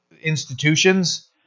institutions